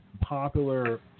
popular